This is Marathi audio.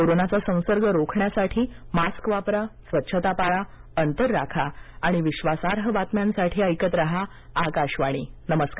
कोरोनाचा संसर्ग रोखण्यासाठी मास्क वापरा स्वच्छता पाळा अंतर राखा आणि विश्वासार्ह बातम्यांसाठी ऐकत रहा आकाशवाणी नमस्कार